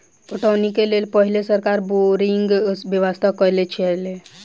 पटौनीक लेल पहिने सरकार बोरिंगक व्यवस्था कयने छलै